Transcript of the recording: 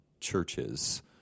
churches